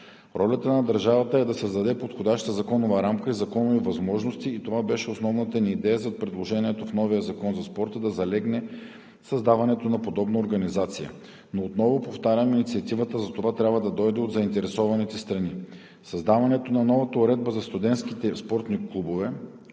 Ролята на държавата е да създаде подходяща законова рамка и законови възможности и това беше основната ни идея за предложението – в новия Закон за спорта да залегне създаването на подобна организация. Но, отново повтарям, инициативата за това трябва да дойде от заинтересованите страни. Създаването на новата уредба за студентските спортни клубове,